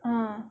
ah